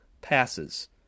passes